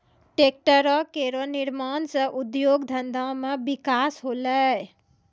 tractor केरो निर्माण सँ उद्योग धंधा मे बिकास होलै